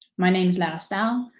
my name is lara staal.